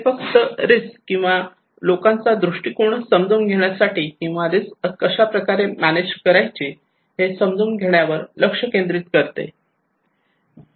हे फक्त रिस्क किंवा लोकांचा दृष्टिकोन समजून घेण्यासाठी किंवा रिस्क कशाप्रकारे मॅनेज करायची हे समजून घेण्यावर लक्ष केंद्रित करते